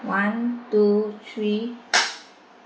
one two three